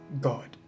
God